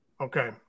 Okay